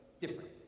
different